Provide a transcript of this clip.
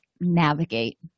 navigate